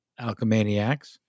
alchemaniacs